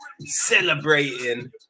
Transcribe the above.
celebrating